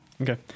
Okay